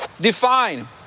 define